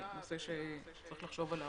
זה נושא שצריך לחשוב עליו.